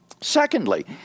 Secondly